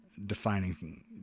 Defining